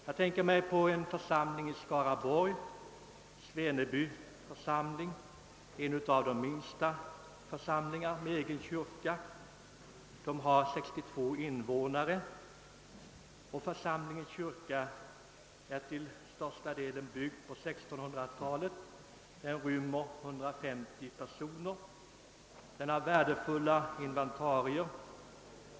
Jag tänker på en församling i Skaraborgs län, Sveneby församling, som är en av de minsta med egen kyrka; den har 62 invånare. Församlingens kyrka är till största delen byggd på 1600-talet, den rymmer 150 platser och den har värdefulla inventarier.